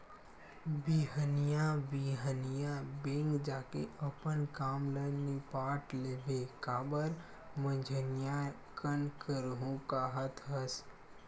बिहनिया बिहनिया बेंक जाके अपन काम ल निपाट लेबे काबर मंझनिया कन करहूँ काहत हस